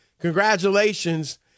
Congratulations